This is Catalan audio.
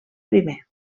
primer